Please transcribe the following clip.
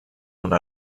una